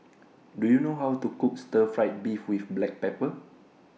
Do YOU know How to Cook Stir Fried Beef with Black Pepper